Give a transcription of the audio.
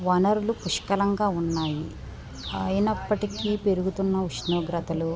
వనరులు పుష్కలంగా ఉన్నాయి అయినప్పటికీ పెరుగుతున్న ఉష్ణోగ్రతలు